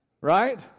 Right